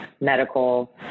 medical